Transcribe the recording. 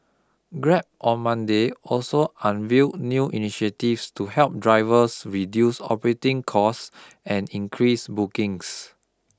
Grab on Monday also unveiled new initiatives to help drivers reduce operating costs and increase bookings